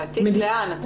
להטיס לאן?